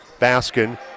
Baskin